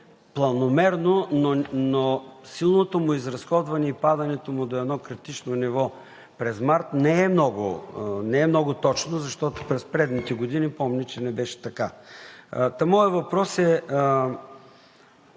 планомерно, но силното му изразходване и падането му до едно критично ниво през месец март не е много точно, защото през предните години помня, че не беше така. Моят въпрос е: